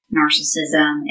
narcissism